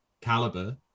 caliber